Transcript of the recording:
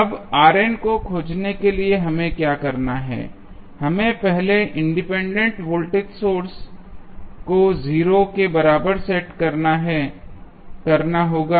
अब को खोजने के लिए हमें क्या करना है हमें पहले इंडिपेंडेंट वोल्टेज सोर्स को 0 के बराबर सेट करना होगा